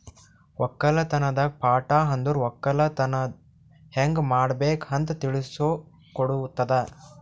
ಒಕ್ಕಲತನದ್ ಪಾಠ ಅಂದುರ್ ಒಕ್ಕಲತನ ಹ್ಯಂಗ್ ಮಾಡ್ಬೇಕ್ ಅಂತ್ ತಿಳುಸ್ ಕೊಡುತದ